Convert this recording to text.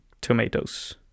tomatoes